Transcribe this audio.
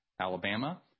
Alabama